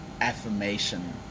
Affirmation